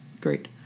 Great